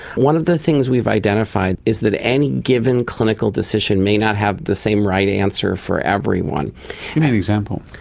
one of the things we've identified is that any given clinical decision may not have the same right answer for everyone. give me an example.